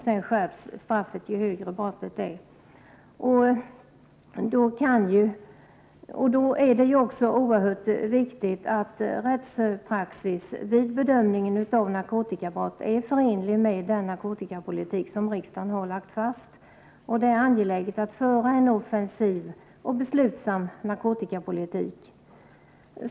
Sedan skärps straffet — ju grövre brottet är, desto strängare blir straffet. Det är oerhört viktigt att rättspraxis vid bedömningen av narkotikabrott är förenlig med den narkotikapolitik som riksdagen har lagt fast. Vidare är det angeläget att föra en offensiv och beslutsam narkotikapolitik.